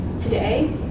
today